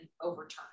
overturned